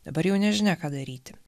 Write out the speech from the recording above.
dabar jau nežinia ką daryti